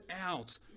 out